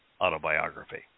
autobiography